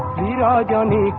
da da da